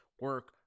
Work